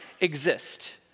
exist